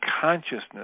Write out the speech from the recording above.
consciousness